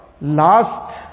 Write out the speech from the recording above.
last